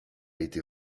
été